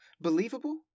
Believable